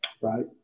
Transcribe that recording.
Right